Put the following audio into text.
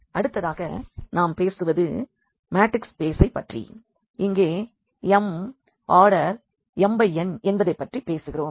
அடுத்ததாக நாம் பேசுவது மேட்ரிக்ஸ் ஸ்பேசைப் பற்றி இங்கே Mm⋅nஎன்பதைப் பற்றி பேசுகிறோம்